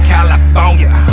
California